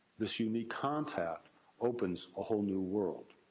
this unique contact opens a whole new world.